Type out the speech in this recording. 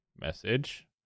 message